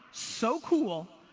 so cool,